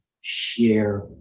share